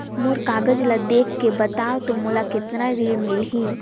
मोर कागज ला देखके बताव तो मोला कतना ऋण मिलही?